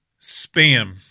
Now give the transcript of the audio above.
spam